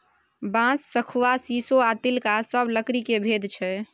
बांस, शखुआ, शीशो आ तिलका सब लकड़ी केर भेद छै